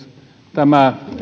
tämä